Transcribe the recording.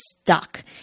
stuck